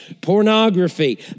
pornography